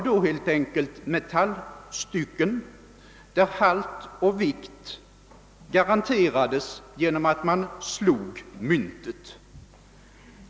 då helt enkelt metallstycken, där halt och vikt garanterades genom att man slog myntet.